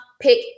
pick